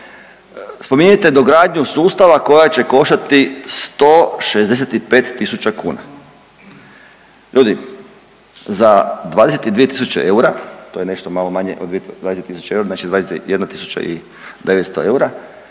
spominjete dogradnju sustava koja će koštati 165 tisuća kuna. Ljudi, za 22 tisuće eura, to je nešto malo manje od 22 tisuće eura, znači 21 tisuća